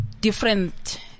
different